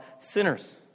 sinners